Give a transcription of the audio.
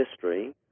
history